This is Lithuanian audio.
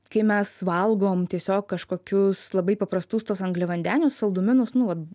kai mes valgom tiesiog kažkokius labai paprastus tuos angliavandenius saldumynus nu vat